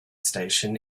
station